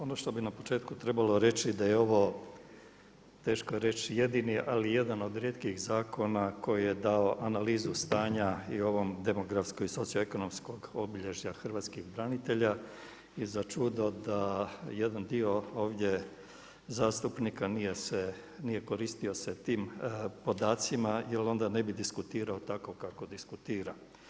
Ono što bi na početku trebalo reći da je ovo, teško je reći, jedini ali jedan od rijetkih zakona koji je dao analizu stanja i u ovom demografsko i socioekonomskog obilježja hrvatskih branitelja i začudo da jedan dio ovdje zastupnika nije koristio se tim podacima jer onda ne bi diskutirao tako kako diskutira.